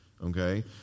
Okay